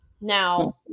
Now